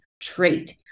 trait